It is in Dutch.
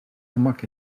gemak